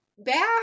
Bad